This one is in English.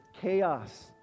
chaos